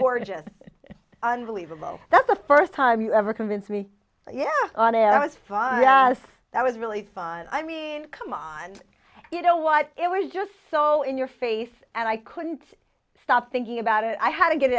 just unbelievable that the first time you ever convince me yeah it was fun that was really fun i mean come on you know what it was just so in your face and i couldn't stop thinking about it i had to get it